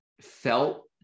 felt